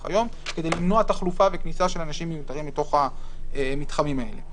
היום כדי למנוע תחלופה וכניסה של אנשים מיותרים לתוך המתחמים האלה.